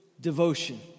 devotion